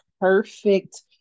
perfect